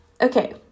Okay